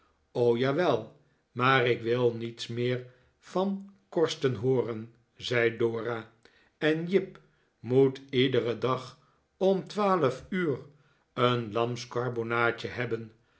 jawel maar ik wil niets meer van korsten hooren zei dora en jip moet iederen dag om twaalf uur een lamskarbonaadje hebben